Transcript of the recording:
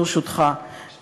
ברשותך,